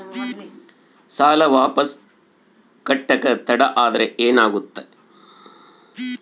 ಸಾಲ ವಾಪಸ್ ಕಟ್ಟಕ ತಡ ಆದ್ರ ಏನಾಗುತ್ತ?